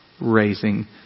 raising